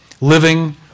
living